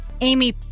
Amy